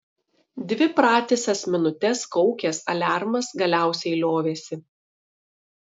dvi pratisas minutes kaukęs aliarmas galiausiai liovėsi